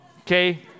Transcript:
okay